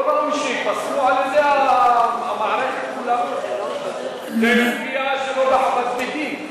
לא ראוי שייפסלו על-ידי המערכת כולה בגין גבייה שלא כדין?